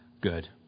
Good